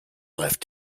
left